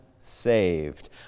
saved